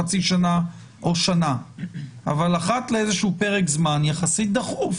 חצי שנה או שנה אבל אחת לאיזה שהוא פרק זמן יחסית דחוף,